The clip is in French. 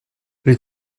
les